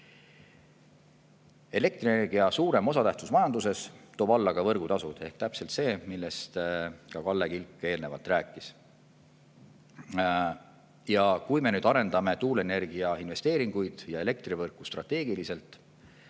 Elektrienergia suurem osatähtsus majanduses toob alla ka võrgutasud. Ehk täpselt see, millest ka Kalle Kilk eelnevalt rääkis. Kui me arendame tuuleenergia investeeringuid ja elektrivõrku strateegiliselt,